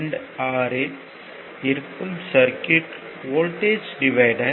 26 இல் இருக்கும் circuit voltage divider ஆகும்